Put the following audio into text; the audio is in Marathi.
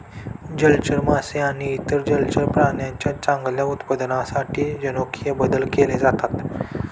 जलचर मासे आणि इतर जलचर प्राण्यांच्या चांगल्या उत्पादनासाठी जनुकीय बदल केले जातात